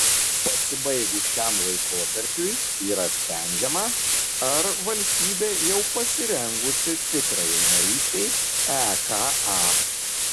pasibaigus šiam laikotarpiui yra sprendžiama ar valstybė jau pasirengusi tikrajai narystei eka